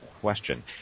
question